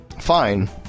fine